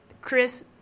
Chris